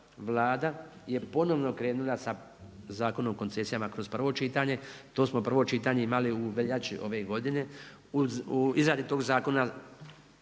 Vlada je ponovno krenula sa Zakonom o koncesijama kroz prvo čitanje. To smo prvo čitanje imali u veljači ove godine. U izradi tog zakona